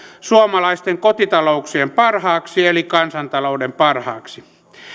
suomalaisten kotitalouksien parhaaksi eli kansantalouden parhaaksi